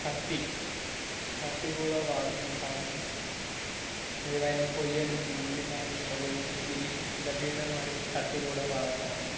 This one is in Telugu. కత్తి కత్తి కూడా వాడుకుంటాము ఏదైనా కొయ్యడానికి ఉల్లిపాయలు గట్రా కొయ్యడానికి లిప్ ఇలపీట మరియు కత్తి కూడా వాడతాము